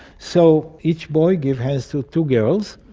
so each boy give hands to two girls,